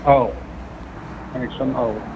औ कानेक्टसन औ